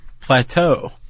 plateau